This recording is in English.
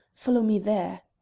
follow me there.